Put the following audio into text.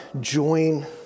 join